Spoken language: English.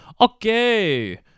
Okay